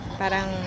parang